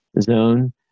zone